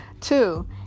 Two